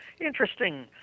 Interesting